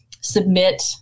submit